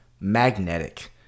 magnetic